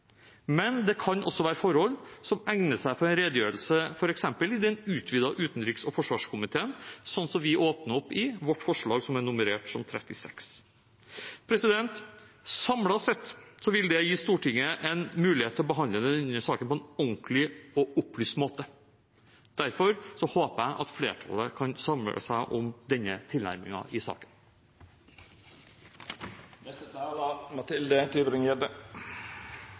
men det kan også være forhold som egner seg for en redegjørelse f.eks. i den utvidede utenriks- og forsvarskomiteen, slik vi åpner opp for i forslag nr. 36. Samlet sett vil dette gi Stortinget en mulighet til å behandle denne saken på en ordentlig og opplyst måte. Derfor håper jeg at flertallet kan samle seg om denne tilnærmingen i saken.